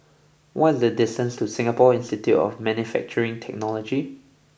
what is the distance to Singapore Institute of Manufacturing Technology